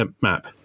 map